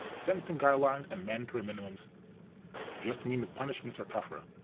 sentencing guidelines and mandatory minimums just mean the punishments are tougher.